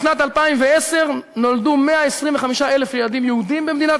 בשנת 2010 נולדו 125,000 ילדים יהודים במדינת